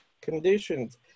conditions